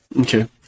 Okay